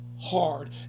hard